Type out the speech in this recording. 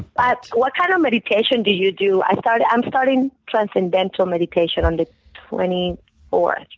but what kind of meditation do you do? i'm starting i'm starting transcendental meditation on the twenty fourth.